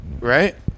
Right